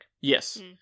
Yes